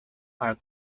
are